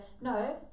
no